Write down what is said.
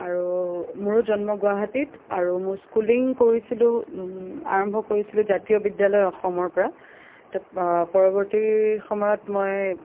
আৰু মোৰো জন্ম গুৱাহাটীত আৰু মোৰ স্কুলিং কৰিছিলো আৰম্ভ কৰিছিলো জাতীয় বিদ্যালয় অসমৰ পৰা পৰৱৰ্তী সময়ত মই